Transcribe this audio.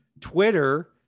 Twitter